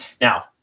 now